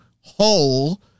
whole